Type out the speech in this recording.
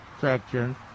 section